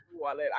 wallet